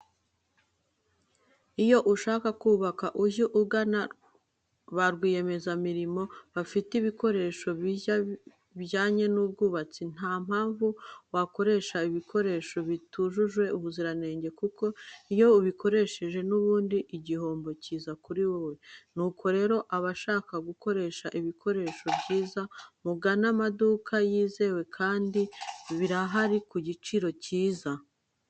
Iyo ushaka kubaka ujye ugana ba rwiyemezamirimo bafite ibikoresho byiza bijyanye n'ubwubatsi, ntampamvu wakoresha ibikoresho bitujuje ubuziranange kuko iyo ubikoresheje n'ubundi igihombo kiza kuri wowe. Nuko rero abashaka gukoresha ibikoresho byiza mugane amaduka yizewe kandi birahari ku giciro cyiza.